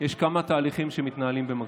יש כמה תהליכים שמתנהלים במקביל.